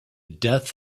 death